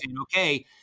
Okay